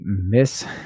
miss